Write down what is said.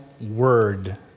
word